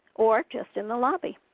or just in the lobby.